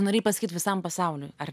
norėjau pasakyti visam pasauliui ar